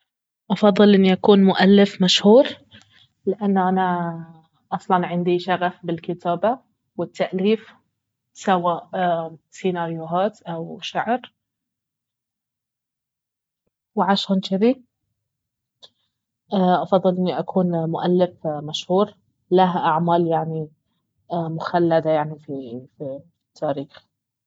افضل اني أكون مؤلف مشهور لان انا أصلا عندي شغف بالكتابة والتأليف سواء سيناريوهات او شعر وعشان جذي افضل اني أكون مؤلف مشهور له اعمال يعني مخلدة يعني في التاريخ